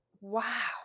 wow